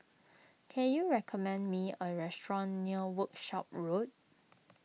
can you recommend me a restaurant near Workshop Road